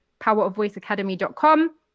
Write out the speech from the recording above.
powerofvoiceacademy.com